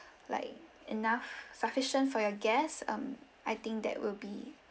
like enough sufficient for your guests um I think that will be